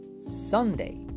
Sunday